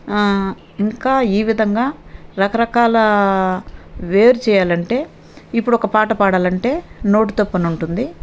ఇంకా ఈ విధంగా రకరకాల వేరు చేయాలంటే ఇప్పుడు ఒక పాట పాడాలంటే నోటితో పని ఉంటుంది